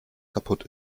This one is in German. kaputt